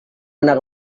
anak